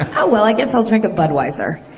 ah oh well, i guess i'll drink a budweiser.